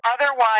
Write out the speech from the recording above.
Otherwise